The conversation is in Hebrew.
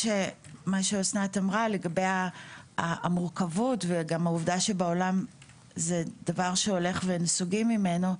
בנוסף למורכבות של זה ולכך שבעולם הולכים ונסוגים ממנו,